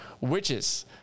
witches